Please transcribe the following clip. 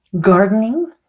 gardening